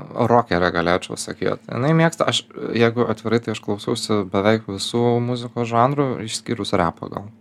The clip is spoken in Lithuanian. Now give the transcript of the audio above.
rokerė galėčiau sakyt jinai mėgsta aš jeigu atvirai tai aš klausausi beveik visų muzikos žanrų išskyrus repą gal